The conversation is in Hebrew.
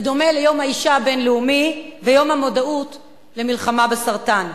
בדומה ליום האשה הבין-לאומי ויום המודעות למלחמה בסרטן.